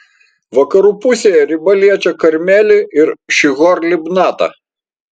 vakarų pusėje riba liečia karmelį ir šihor libnatą